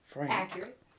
Accurate